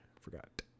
forgot